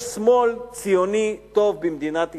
יש שמאל ציוני טוב במדינת ישראל,